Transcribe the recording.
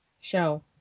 show